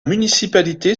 municipalité